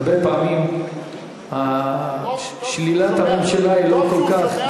הרבה פעמים שלילת הממשלה היא לא כל כך,